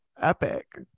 Epic